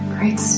Great